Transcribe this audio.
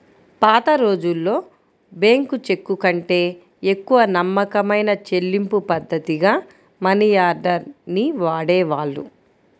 పాతరోజుల్లో బ్యేంకు చెక్కుకంటే ఎక్కువ నమ్మకమైన చెల్లింపుపద్ధతిగా మనియార్డర్ ని వాడేవాళ్ళు